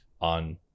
on